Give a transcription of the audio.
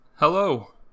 Hello